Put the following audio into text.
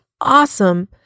awesome